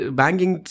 banking